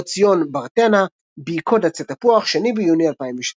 אורציון ברתנא, "ביקוד עצי תפוח", 2 ביוני 2022 ==